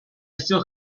still